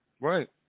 Right